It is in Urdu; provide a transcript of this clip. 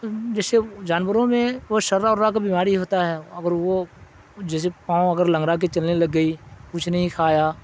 جیسے جانوروں میں وہ شرا ورا کا بیماری ہوتا ہے اگر وہ جیسے پاؤں اگر لنگرا کے چلنے لگ گئی کچھ نہیں کھایا